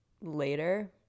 later